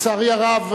לצערי הרב,